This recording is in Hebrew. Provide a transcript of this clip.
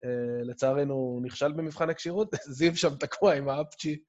לצערנו נכשל במבחן הקשירות, זיו שם תקוע עם האפצ'י.